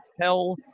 tell